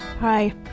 Hi